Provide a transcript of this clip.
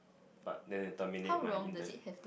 but then ten minute my intend